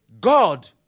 God